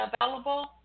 available